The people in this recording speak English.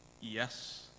yes